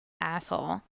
asshole